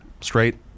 straight